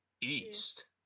East